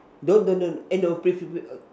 don't don't don't eh no please please please